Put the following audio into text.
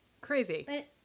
Crazy